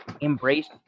embrace